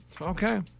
Okay